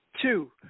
two